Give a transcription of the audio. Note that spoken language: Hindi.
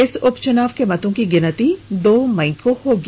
इस उपच्रनाव की मतों की गिनती दो मई को होगी